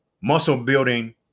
muscle-building